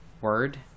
word